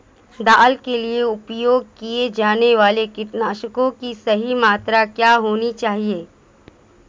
दाल के लिए उपयोग किए जाने वाले कीटनाशकों की सही मात्रा क्या होनी चाहिए?